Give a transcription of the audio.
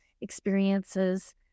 experiences